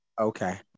Okay